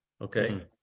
okay